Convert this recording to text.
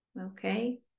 Okay